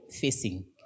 facing